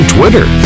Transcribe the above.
Twitter